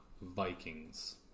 Vikings